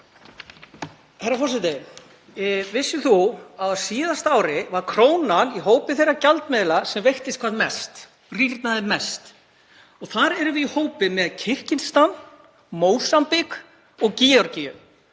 Herra forseti. Vissir þú að á síðasta ári var krónan í hópi þeirra gjaldmiðla sem veiktist hvað mest, rýrnaði mest? Þar erum við í hópi með Kirgistan, Mósambík og Georgíu.